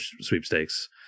sweepstakes